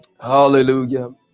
Hallelujah